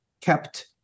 kept